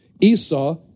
Esau